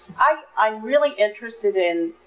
i'm really interested in